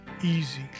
easy